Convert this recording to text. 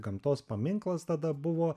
gamtos paminklas tada buvo